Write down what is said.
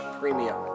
premium